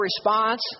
response